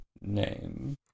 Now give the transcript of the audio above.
name